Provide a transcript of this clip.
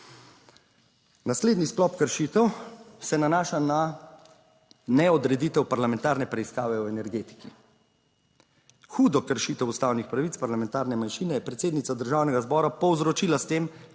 Naslednji sklop kršitev se nanaša na ne odreditev parlamentarne preiskave v energetiki. Hudo kršitev ustavnih pravic parlamentarne manjšine, je predsednica Državnega zbora povzročila s tem,